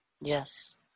Yes